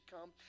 come